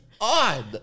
odd